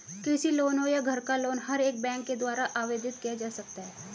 कृषि लोन हो या घर का लोन हर एक बैंक के द्वारा आवेदित किया जा सकता है